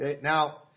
Now